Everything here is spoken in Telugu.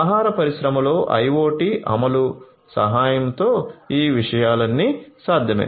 ఆహార పరిశ్రమలో IoT అమలు సహాయంతో ఈ విషయాలన్నీ సాధ్యమే